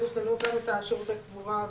דת וקבורה: שירותי קבורה,